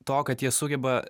to kad jie sugeba